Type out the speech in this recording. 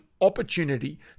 opportunity